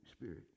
Spirit